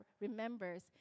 remembers